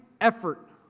effort